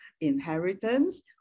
inheritance